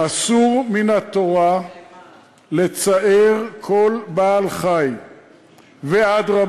"אסור מן התורה לצער כל בעל חי, ואדרבה,